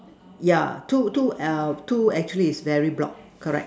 yeah two two err two actually is very block correct